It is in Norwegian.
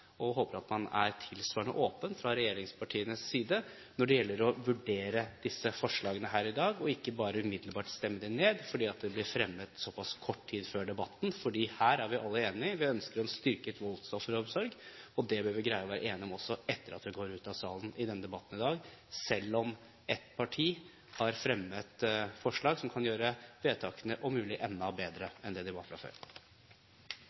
håper at man er tilsvarende åpen fra regjeringspartienes side når det gjelder å vurdere disse forslagene her i dag, og ikke bare umiddelbart stemme dem ned fordi de ble fremmet såpass kort tid før debatten, fordi her er vi alle enige. Vi ønsker en styrket voldsofferomsorg, og det vil vi greie å være enige om også etter at vi går ut av salen etter debatten i dag, selv om et parti har fremmet forslag som kan gjøre vedtakene om mulig enda